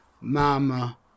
Mama